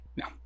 No